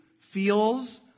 feels